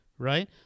right